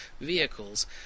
vehicles